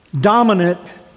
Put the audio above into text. dominant